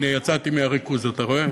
הנה, יצאתי מהריכוז, אתה רואה?